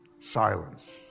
silence